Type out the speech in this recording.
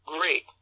great